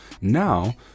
Now